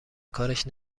کارش